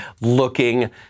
looking